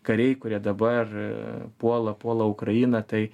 kariai kurie dabar puola puola ukrainą tai